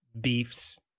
beef's